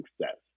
success